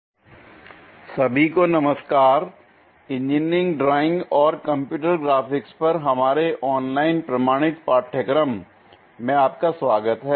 orthographic projection I part 7 सभी को नमस्कार l इंजीनियरिंग ड्राइंग और कंप्यूटर ग्राफिक्स पर हमारे ऑनलाइन प्रमाणित पाठ्यक्रम में आपका स्वागत है